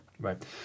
Right